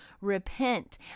Repent